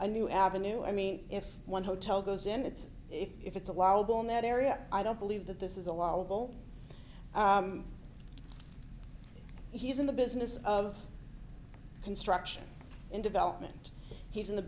a new avenue i mean if one hotel goes in it's if it's a wild boar in that area i don't believe that this is allowable he's in the business of construction and development he's in the